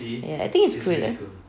ya I think it's good